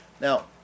Now